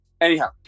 Anyhow